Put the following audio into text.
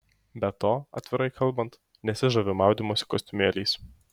be to atvirai kalbant nesižaviu maudymosi kostiumėliais